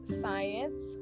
science